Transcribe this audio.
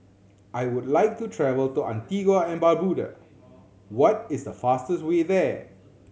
I would like to travel to Antigua and Barbuda what is the fastest way there